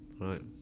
Right